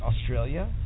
Australia